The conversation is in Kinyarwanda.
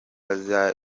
byose